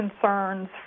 concerns